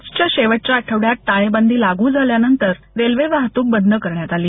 मार्चच्या शेवटच्या आठवडय़ात टाळेबंदी लागू झाल्यानंतर रेल्वे वाहतूकही बंद करण्यात आली